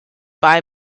buy